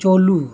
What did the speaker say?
ᱪᱟᱹᱞᱩ